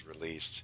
released